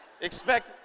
expect